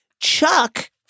Chuck